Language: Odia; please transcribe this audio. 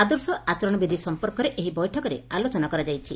ଆଦର୍ଶ ଆଚରଣ ବିଧି ସଂପର୍କରେ ଏହି ବୈଠକରେ ଆଲୋଚନା କରାଯାଇଛି